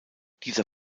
dieser